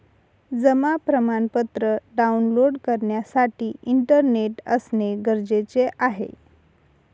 जमा प्रमाणपत्र डाऊनलोड करण्यासाठी इंटरनेट असणे गरजेचे आहे